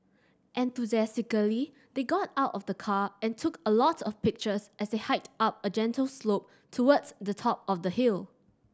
enthusiastically they got out of the car and took a lot of pictures as they hiked up a gentle slope towards the top of the hill